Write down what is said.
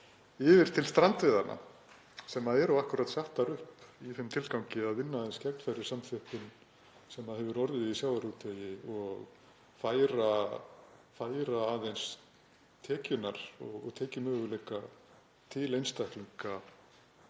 yfir til strandveiðanna, sem eru akkúrat settar upp í þeim tilgangi að vinna gegn samþjöppun sem orðið hefur í sjávarútvegi og færa aðeins tekjurnar og tekjumöguleika til einstaklinga